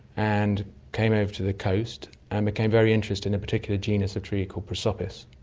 and came over to the coast, and became very interested in a particular genus of tree called prosopis.